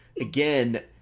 again